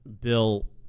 Bill